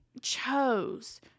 chose